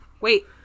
wait